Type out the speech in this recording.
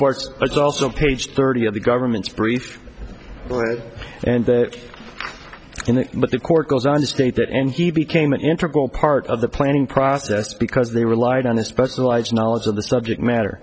parts it's also page thirty of the government's brief and that but the court goes on to state that and he became an integral part of the planning process because they relied on the specialized knowledge of the subject matter